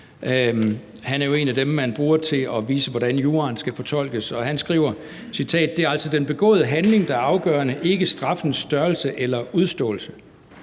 han er jo en af dem, man bruger til at vise, hvordan juraen skal fortolkes – og som skriver, citat: Det er altså den begåede handling, der er afgørende, ikke straffens størrelse eller udståelse?